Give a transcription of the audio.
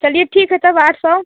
चलिए ठीक है तब आठ सौ